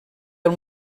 del